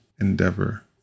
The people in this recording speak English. endeavor